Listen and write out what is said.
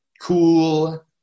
cool